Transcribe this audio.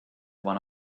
one